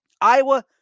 iowa